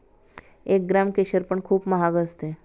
एक ग्राम केशर पण खूप महाग असते